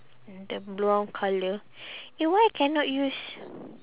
the brown colour eh why I cannot use